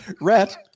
Rhett